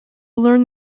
learn